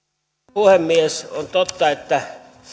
puhemies on totta että